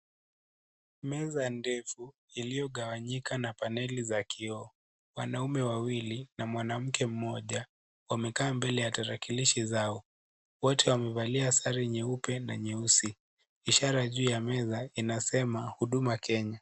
Meza ndefu iliyogawanyika na paneli za kioo wanaume wawili na mwanamke mmoja wamekaa mbele ya tarakilishi zao wote wamevalia sare nyeupe na nyeusi ishara juu ya meza inasema Huduma Kenya.